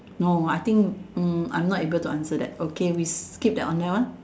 no I think mm I'm not able to answer that okay we skip that on that one